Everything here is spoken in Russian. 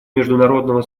международного